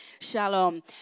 shalom